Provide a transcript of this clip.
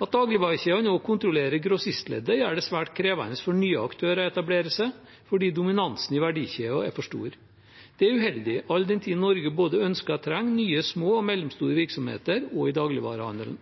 At dagligvarekjedene også kontrollerer grossistleddet, gjør det svært krevende for nye aktører å etablere seg, fordi dominansen i verdikjeden er for stor. Det er uheldig, all den tid Norge både ønsker og trenger nye små og mellomstore virksomheter også i dagligvarehandelen.